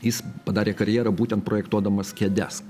jis padarė karjerą būtent projektuodamas kėdes